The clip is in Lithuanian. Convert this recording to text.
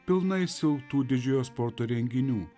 pilnais jau tų didžiojo sporto renginių